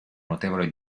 notevole